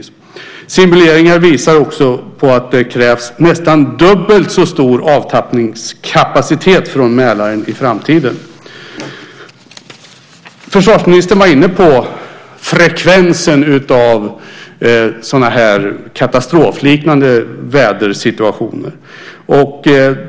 Simuleringar visar också att det krävs nästan dubbelt så stor avtappningskapacitet från Mälaren i framtiden. Försvarsministern var inne på frekvensen av katastrofliknande vädersituationer.